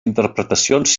interpretacions